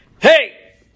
Hey